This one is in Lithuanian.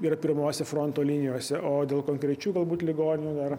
yra pirmose fronto linijose o dėl konkrečių galbūt ligonių dar